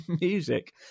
music